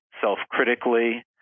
self-critically